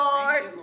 Lord